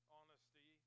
honesty